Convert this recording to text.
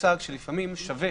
לפעמים שווה